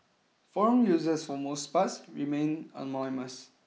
forum users for most parts remain anonymous